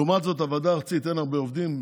לעומת זאת בוועדה הארצית אין הרבה עובדים,